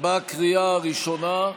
בקריאה הראשונה.